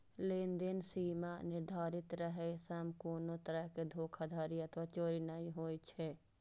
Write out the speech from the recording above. लेनदेन सीमा निर्धारित रहै सं कोनो तरहक धोखाधड़ी अथवा चोरी नै होइ छै